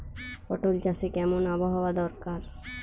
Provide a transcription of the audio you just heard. পটল চাষে কেমন আবহাওয়া দরকার?